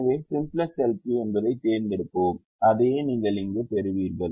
எனவே simplex LP என்பதைத் தேர்ந்தெடுக்கவும் அதையே நீங்கள் இங்கு பெறுவீர்கள்